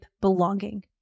belonging